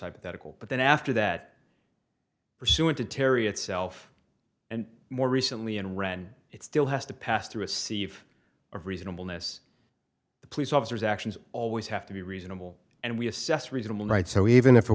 hypothetical but then after that pursuant to terry itself and more recently and read it still has to pass through a sea of reasonableness the police officer's actions always have to be reasonable and we assess reasonable right so even if it